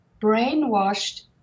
brainwashed